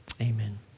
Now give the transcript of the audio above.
Amen